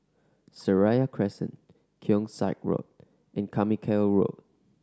Seraya Crescent Keong Saik Road and Carmichael Road